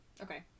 okay